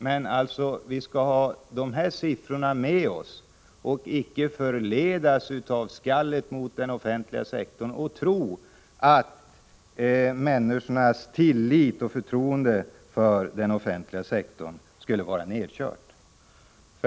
Men vi skall ha dessa siffror i åtanke och inte förledas av skallet mot den offentliga sektorn eller tro att människors tillit och förtroende för stat och kommun skulle vara nedkörd.